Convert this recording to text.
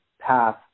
path